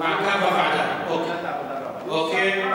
ועדת העבודה והרווחה.